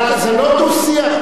אבל זה לא דו-שיח.